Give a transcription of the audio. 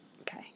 Okay